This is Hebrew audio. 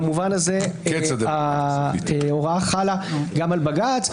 במובן הזה ההוראה חלה גם על בג"ץ,